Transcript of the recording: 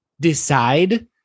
decide